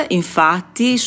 infatti